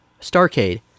Starcade